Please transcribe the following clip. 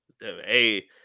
Hey